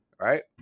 right